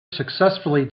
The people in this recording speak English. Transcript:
successfully